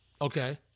Okay